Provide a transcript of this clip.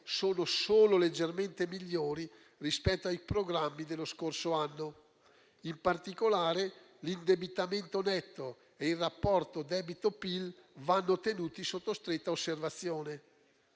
sono solo leggermente migliori rispetto ai programmi dello scorso anno. In particolare, l'indebitamento netto e il rapporto debito-PIL vanno tenuti sotto stretta osservazione.